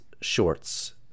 shorts